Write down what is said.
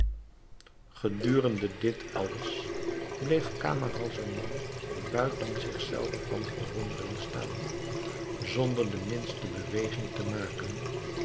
gedurende dit alles bleef camaralzaman buiten zich zelven van verwondering staan zonder de minste beweging te maken